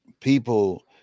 People